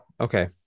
Okay